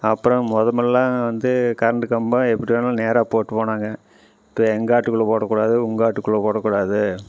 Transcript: அப்புறம் மொதல் மொதல்லாம் வந்து கரண்டு கம்பம் எப்படி வேணாலும் நேராக போட்டுப்போம் நாங்கள் இப்போ என்காட்டுக்குள்ள போடக்கூடாது உன்காட்டுக்குள்ள போடக்கூடாது